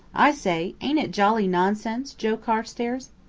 i say, ain't it jolly nonsense joe carstairs?